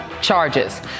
charges